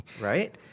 Right